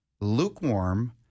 lukewarm